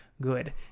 good